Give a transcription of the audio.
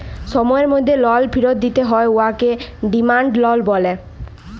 সময়ের মধ্যে লল ফিরত দিতে হ্যয় উয়াকে ডিমাল্ড লল ব্যলে